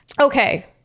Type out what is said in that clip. Okay